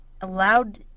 allowed